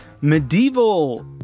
medieval